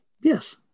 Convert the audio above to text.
yes